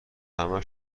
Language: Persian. همه